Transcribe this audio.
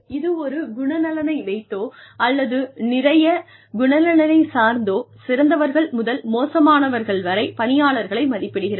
இது ஒரு குணநலனை வைத்தோ அல்லது நிறையக் குணநலனைச் சார்ந்தோ சிறந்தவர்கள் முதல் மோசமானவர்கள் வரை பணியாளர்களை மதிப்பிடுகிறது